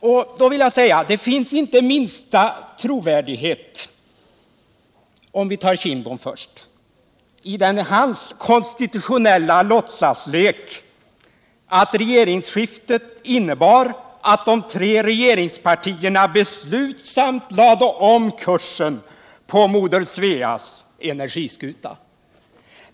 Jag vill då säga, för att ta Bengt Kindbom först, att det finns inte minsta trovärdighet i hans konsitutionella låtsaslek att regeringsskiftet innebar att de tre regeringspartierna beslutsamt lade om kursen på moder Sveas energiskuta.